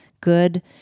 good